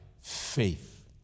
faith